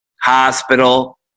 Hospital